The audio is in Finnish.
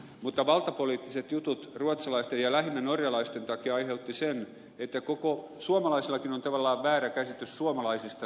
mutta valtapoliittiset jutut ruotsalaisten ja lähinnä norjalaisten takia aiheuttivat sen että suomalaisillakin on tavallaan väärä käsitys suomalaisista sortajina